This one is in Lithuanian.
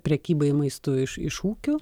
prekybai maistu iš iš ūkių